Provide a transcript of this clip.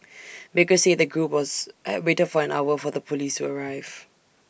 baker said the group was at waited for an hour for the Police to arrive